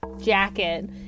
jacket